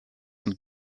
mit